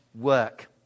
work